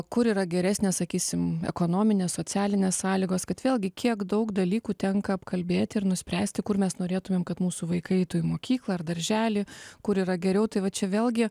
kur yra geresnės sakysim ekonominės socialinės sąlygos kad vėlgi kiek daug dalykų tenka apkalbėti ir nuspręsti kur mes norėtumėm kad mūsų vaikai eitų į mokyklą ar darželį kur yra geriau tai va čia vėlgi